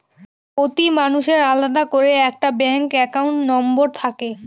প্রতি মানুষের আলাদা করে একটা ব্যাঙ্ক একাউন্ট নম্বর থাকে